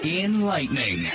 Enlightening